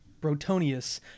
Brotonius